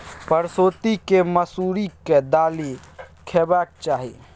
परसौती केँ मसुरीक दालि खेबाक चाही